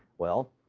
well,